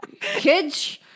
Kids